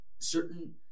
certain